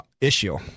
issue